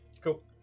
cool